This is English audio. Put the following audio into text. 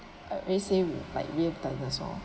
uh let's say will like real dinosaurs